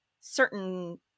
certain